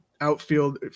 outfield